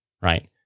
right